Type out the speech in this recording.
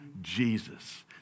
Jesus